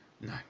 No